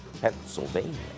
Pennsylvania